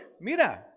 mira